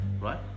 Right